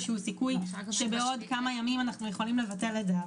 סיכוי שבעוד כמה ימים אנחנו יכולים לבטל את זה.